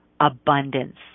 abundance